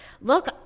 look